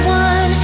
one